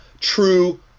true